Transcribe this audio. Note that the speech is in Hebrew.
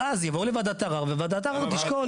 ואז יבואו לוועדת ערר, וועדת הערר תשקול.